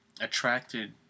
attracted